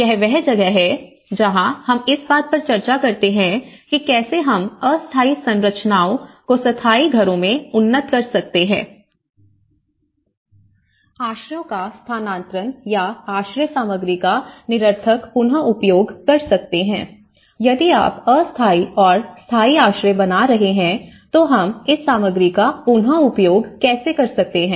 यह वह जगह है जहाँ हम इस बात पर चर्चा करते हैं कि कैसे हम अस्थायी संरचनाओं को स्थायी घरों में उन्नत कर सकते हैं आश्रयों का स्थानांतरण या आश्रय सामग्री का निरर्थक पुन उपयोग कर सकते हैं यदि आप अस्थायी और स्थायी आश्रय बना रहे हैं तो हम इस सामग्री का पुन उपयोग कैसे कर सकते हैं